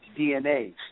DNA